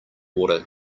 water